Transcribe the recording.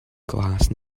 glas